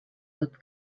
tot